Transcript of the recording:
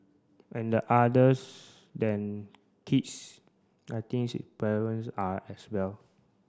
and the others than kids I thinks parents are as well